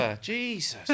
Jesus